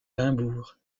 limbourg